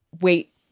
wait